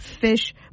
fish